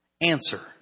answer